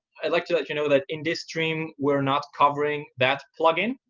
i'd like to let you know that in this stream, we're not covering that plugin.